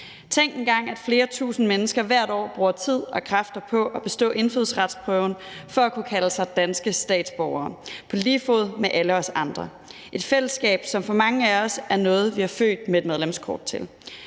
Tænk engang, at flere tusinde mennesker hvert år bruger tid og kræfter på at bestå indfødsretsprøven for at kunne kalde sig danske statsborgere på lige fod med alle os andre. Det er et fællesskab, som for mange af os er noget, vi er født med et medlemskort til.